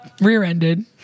Rear-ended